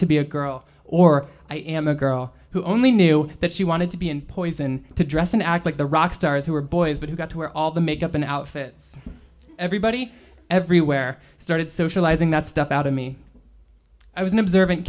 to be a girl or i am a girl who only knew that she wanted to be in poison to dress and act like the rock stars who are boys but who got to where all the makeup and outfits everybody everywhere started socializing that stuff out of me i was an observant